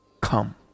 come